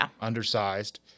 undersized